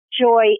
joy